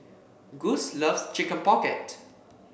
Gus loves Chicken Pocket